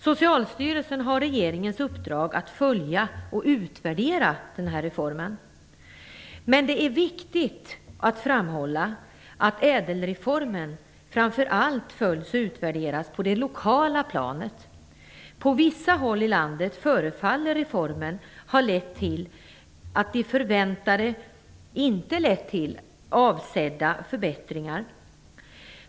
Socialstyrelsen har regeringens uppdrag att följa och utvärdera den här reformen. Men det är viktigt att framhålla att ÄDEL-reformen framför allt följs och utvärderas på det lokala planet. På vissa håll i landet förefaller reformen inte ha lett till avsedda förbättringar.